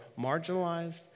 marginalized